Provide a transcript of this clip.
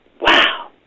wow